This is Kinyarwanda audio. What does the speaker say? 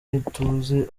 ntituzi